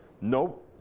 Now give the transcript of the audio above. Nope